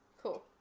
Cool